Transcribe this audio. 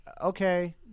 okay